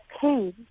pain